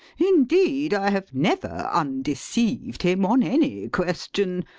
indeed i have never undeceived him on any question.